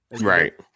Right